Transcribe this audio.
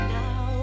now